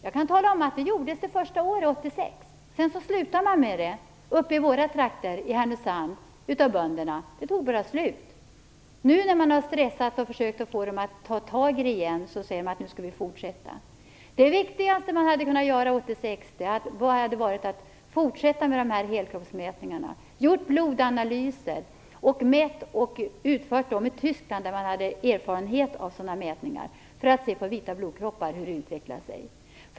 Jag kan tala om att det gjordes på bönderna i mina hemtrakter i Härnösand första året 1986, men sedan slutade man med det. Det tog bara slut. När man nu har stressat med att försöka att få dem att ta tag i detta igen, säger de att de skall fortsätta. Det viktigaste man hade kunnat göra 1986 hade varit att fortsätta med helkroppsmätningarna. Man kunde ha fått blodanalyser utförda i Tyskland, där man har erfarenheter av sådana här mätningar, för att se hur de vita blodkropparna utvecklas.